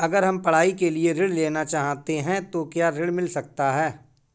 अगर हम पढ़ाई के लिए ऋण लेना चाहते हैं तो क्या ऋण मिल सकता है?